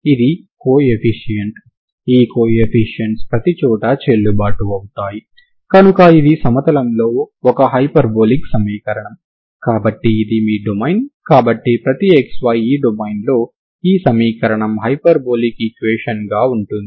ఇక్కడ f x దృష్ట్యా రెండుసార్లు డిఫరెన్ష్యబుల్ అవుతుంది మరియు g కంటిన్యూస్ గా డిఫరెన్ష్యబుల్ అవుతుంది